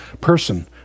person